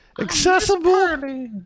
accessible